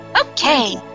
Okay